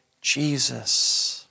Jesus